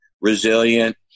resilient